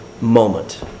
moment